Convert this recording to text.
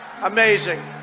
Amazing